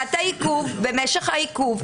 סיבת העיכוב ומשך העיכוב,